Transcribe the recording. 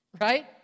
Right